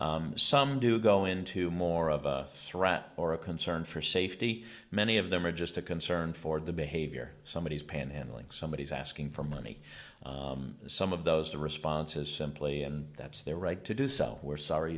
some do go into more of a threat or a concern for safety many of them are just a concern for the behavior somebody is panhandling somebody is asking for money some of those the response is simply and that's their right to do so we're sorry